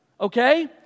okay